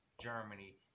Germany